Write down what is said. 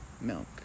milk